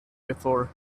before